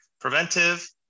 preventive